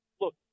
look